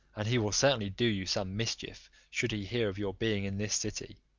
and he will certainly do you some mischief, should he hear of your being in this city.